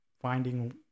finding